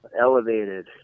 elevated